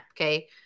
okay